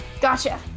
Gotcha